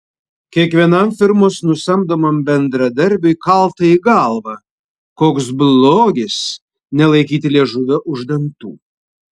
kiekvienam firmos nusamdomam bendradarbiui kalta į galvą koks blogis nelaikyti liežuvio už dantų